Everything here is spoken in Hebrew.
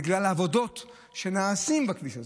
בגלל עבודות שנעשות בכביש הזה.